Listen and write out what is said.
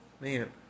Man